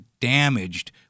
damaged